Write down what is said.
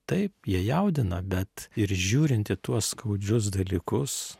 taip jie jaudina bet ir žiūrint į tuos skaudžius dalykus